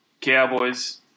Cowboys